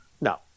No